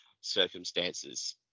circumstances